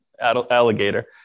alligator